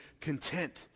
content